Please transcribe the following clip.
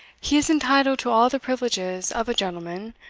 he is entitled to all the privileges of a gentleman,